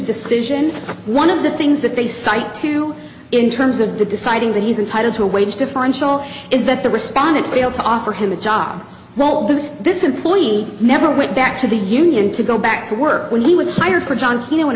decision one of the things that they cite to in terms of the deciding that he's entitled to a wage differential is that the respondent failed to offer him a job well because this employee never went back to the union to go back to work when he was hired for john